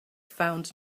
found